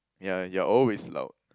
ya you're always loud